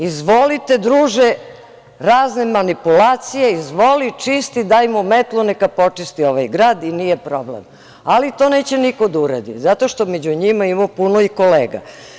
Izvolite, druže, razne manipulacije, izvoli čisti, daj mu metlu, neka počisti ovaj grad i nije problem, ali to neće niko da uradi zato što među njima ima puno i kolega.